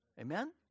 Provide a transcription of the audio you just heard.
amen